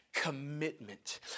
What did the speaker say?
commitment